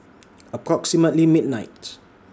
approximately midnight